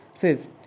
Fifth